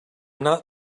not